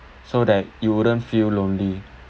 so that you wouldn't feel lonely